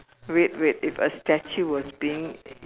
wait wait if a statue was being